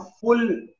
full